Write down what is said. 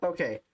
Okay